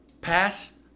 past